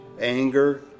anger